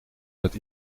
dat